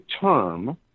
term